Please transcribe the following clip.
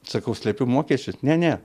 sakau slepiu mokesčius ne ne